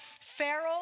pharaoh